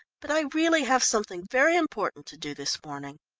but i really have something very important to do this morning.